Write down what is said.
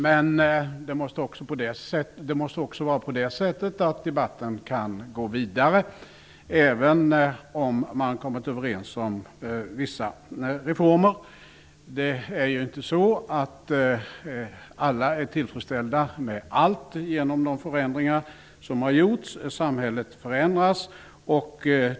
Men debatten måste gå vidare, även om man har kommit överens om vissa reformer. Alla är ju inte tillfredsställda med allt i de förändringar som har gjorts. Samhället förändras.